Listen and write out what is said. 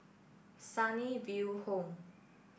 Sunnyville Home